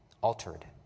altered